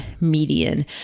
median